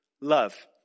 love